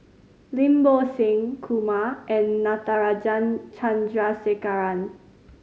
Lim Bo Seng Kumar and Natarajan Chandrasekaran